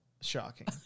shocking